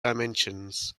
dimensions